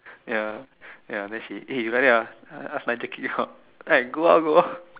ya ya then she eh you like that ah ask them kick me out then I go out go out